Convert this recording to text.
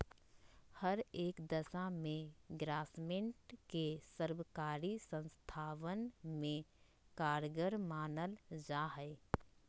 हर एक दशा में ग्रास्मेंट के सर्वकारी संस्थावन में कारगर मानल जाहई